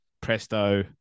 Presto